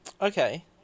Okay